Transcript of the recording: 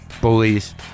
bullies